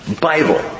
Bible